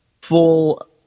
full